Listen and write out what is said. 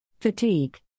Fatigue